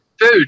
food